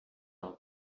del